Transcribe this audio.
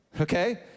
okay